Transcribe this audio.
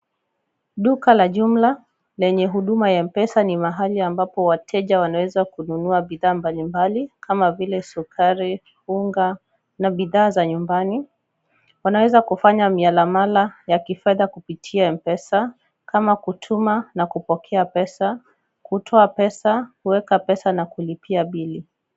Duka la jumla lenye huduma ya M-Pesa ni mahali ambapo wateja wanaweza kununua bidhaa mbalimbali kama vile sukari, unga na bidhaa za nyumbani ,wanaweza kufanya miamala ya kifedha kupitia M-Pesa kama kutuma na kupokea pesa ,kutoa pesa, kuweka pesa na kulipia bili.